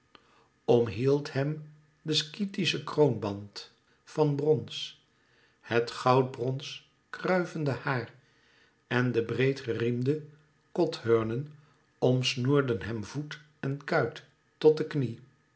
mantel omhield hem de skythische kroonband van brons het goudbrons kruivende haar en de breed geriemde kothurnen omsnoerden hem voet en kuit tot de knie